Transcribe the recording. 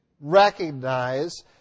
recognize